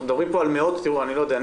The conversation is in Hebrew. אנחנו מדברים כאן על מאות פניות.